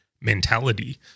mentality